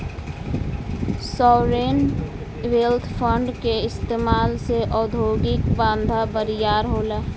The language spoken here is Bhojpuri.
सॉवरेन वेल्थ फंड के इस्तमाल से उद्योगिक धंधा बरियार होला